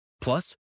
Plus